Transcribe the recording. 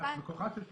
את לקוחה של שלושתם.